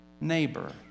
neighbor